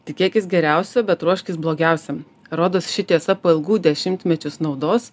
tikėkis geriausio bet ruoškis blogiausiam rodos ši tiesa po ilgų dešimtmečių snaudos